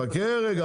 חכה רגע.